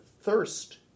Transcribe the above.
thirst